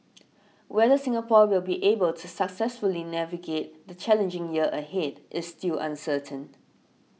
whether Singapore will be able to successfully navigate the challenging year ahead is still uncertain